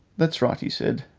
that's right, he said.